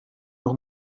nog